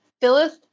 Phyllis